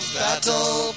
battle